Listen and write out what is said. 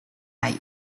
凯尔